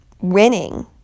winning